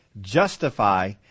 Justify